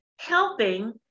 helping